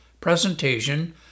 presentation